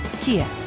Kia